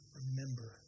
remember